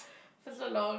for the long